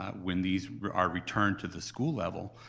um when these are returned to the school level,